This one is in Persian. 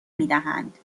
میدهند